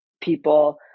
people